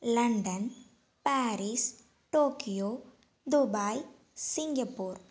London Paris Tokyo Dubai Singapore